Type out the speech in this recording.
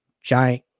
giant